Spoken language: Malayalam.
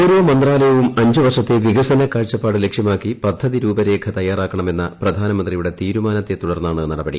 ഓരോ മന്ത്രാലയവും അഞ്ച് വർഷത്തെ വികസന കാഴ്ചപ്പാട് ലക്ഷ്യമാക്കി പദ്ധതി രൂപരേഖ തയ്യാറാക്കണമെന്ന പ്രധാനമന്ത്രിയുടെ തീരുമാനത്തെ തുടർന്നാണ് നടപടി